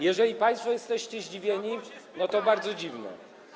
Jeżeli państwo jesteście zdziwieni, to bardzo dziwne.